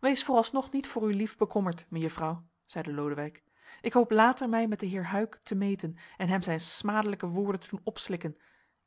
wees vooralsnog niet voor uw lief bekommerd mejuffrouw zeide lodewijk ik hoop later mij met den heer huyck te meten en hem zijn smadelijke woorden te doen opslikken